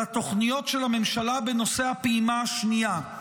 התוכניות של הממשלה בנושא הפעימה השנייה.